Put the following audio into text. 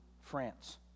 France